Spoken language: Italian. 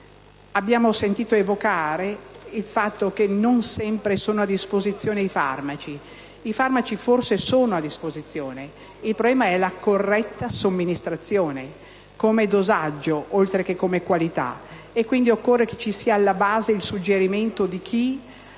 Abbiamo sentito evocare il fatto che non sempre sono a disposizione i farmaci. I farmaci forse sono a disposizione; il problema è la corretta somministrazione, come dosaggio, oltre che come qualità. Quindi, occorre che ci sia alla base il suggerimento di chi